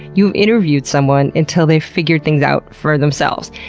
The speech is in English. you've interviewed someone until they figured things out for themselves.